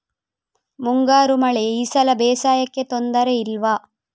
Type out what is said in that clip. ಮುಂಗಾರು ಮಳೆ ಈ ಸಲ ಬೇಸಾಯಕ್ಕೆ ತೊಂದರೆ ಇಲ್ವ?